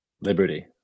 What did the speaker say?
Liberty